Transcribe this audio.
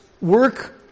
work